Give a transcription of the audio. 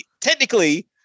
technically